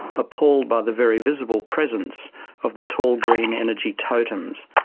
appalled by the very visible presence of the tall green energy totems,